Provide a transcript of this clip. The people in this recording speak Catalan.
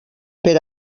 per